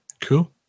cool